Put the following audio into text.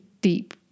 deep